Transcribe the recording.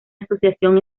asociación